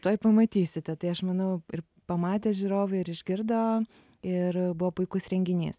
tuoj pamatysite tai aš manau ir pamatė žiūrovai ir išgirdo ir buvo puikus renginys